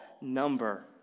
number